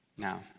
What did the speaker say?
Now